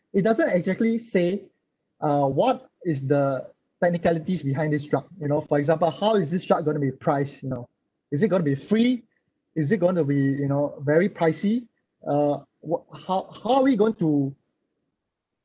it doesn't exactly say uh what is the technicalities behind this drug you know for example how is this drug going to be priced you know is it going to be free is it going to be you know very pricey uh what how how are we going to